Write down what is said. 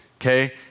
Okay